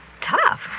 tough